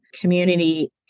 community